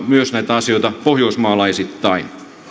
myös katsoa näitä asioita pohjoismaalaisittain